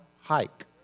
hike